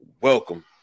Welcome